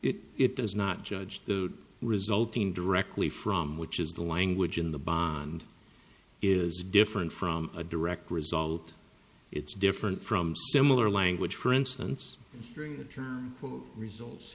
it it does not judge the resulting directly from which is the language in the bond is different from a direct result it's different from similar language for instance during the term results